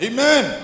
Amen